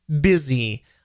busy